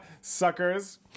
suckers